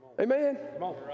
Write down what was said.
amen